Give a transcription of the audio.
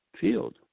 field